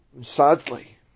Sadly